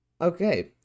Okay